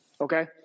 Okay